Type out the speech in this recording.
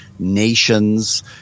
nations